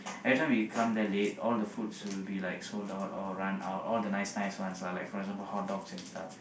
every time we come that late all the foods will be like sold out or run out all the nice nice ones lah like for example hotdogs and stuff